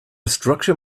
structure